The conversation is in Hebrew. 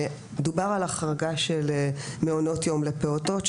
דובר על החרגה של מעונות יום לפעוטות.